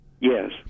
Yes